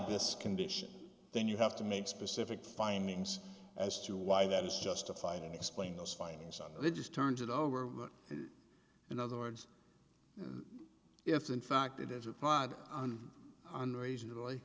this condition then you have to make specific findings as to why that is justified and explain those findings are they just turned it over what in other words if in fact it is applied on unreasonably